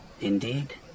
Indeed